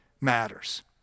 matters